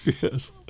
Yes